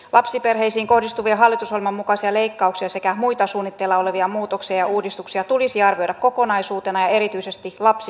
lapsiperheisiin kohdistuvia hallitusohjelman mukaisia leikkauksia sekä muita suunnitteilla olevia muutoksia ja uudistuksia tulisi arvioida kokonaisuutena ja erityisesti lapsinäkökulmasta